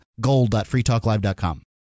gold.freetalklive.com